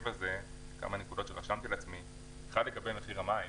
מחיר המים,